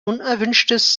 unerwünschtes